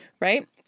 right